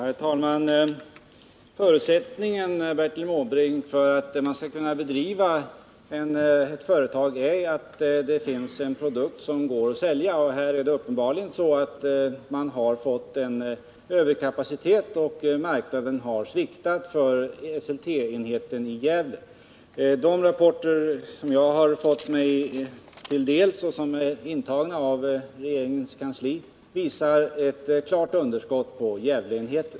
Herr talman! Förutsättningen för att man skall kunna bedriva ett företag är ju, Bertil Måbrink, att det tillverkar en produkt som går att sälja. Uppenbarligen har man här fått en överkapacitet och marknaden har sviktat för Esselteenheten i Gävle. De rapporter som kommit mig till del och som finns i regeringens kansli visar ett klart underskott på Gävleenheten.